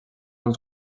uns